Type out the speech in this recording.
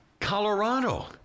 Colorado